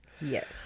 Yes